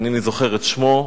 אינני זוכר את שמו,